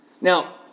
Now